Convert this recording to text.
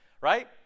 right